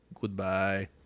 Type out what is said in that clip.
Goodbye